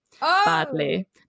badly